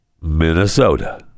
Minnesota